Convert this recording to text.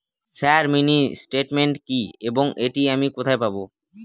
Sir mini statement কি এবং এটি আমি কোথায় পাবো?